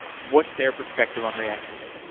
what's their perspective on react native?